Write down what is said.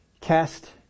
cast